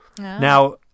Now